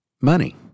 money